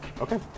Okay